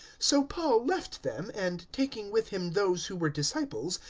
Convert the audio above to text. so paul left them, and, taking with him those who were disciples,